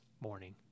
morning